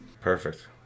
Perfect